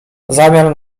zamiar